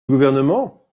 gouvernement